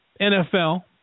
NFL